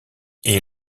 est